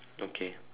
okay